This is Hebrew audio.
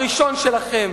הראשון שלכם.